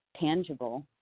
tangible